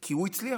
כי הוא הצליח,